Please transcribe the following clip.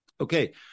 okay